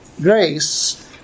grace